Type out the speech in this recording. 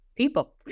people